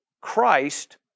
Christ